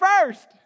first